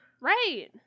right